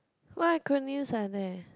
what acronyms are there